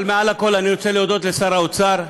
אבל מעל לכול אני רוצה להודות לשר האוצר,